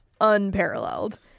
unparalleled